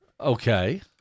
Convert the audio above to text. Okay